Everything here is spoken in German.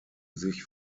sich